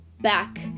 back